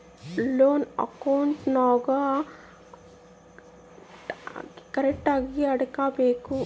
loan ಅಕೌಂಟ್ಗುಳ್ನೂ ಕರೆಕ್ಟ್ಆಗಿ ಇಟಗಬೇಕು